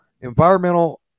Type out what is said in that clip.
environmental